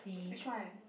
which one